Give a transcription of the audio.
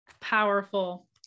Powerful